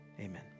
amen